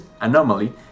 anomaly